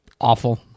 Awful